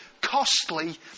costly